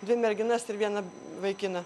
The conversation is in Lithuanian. dvi merginas ir vieną vaikiną